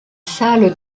salle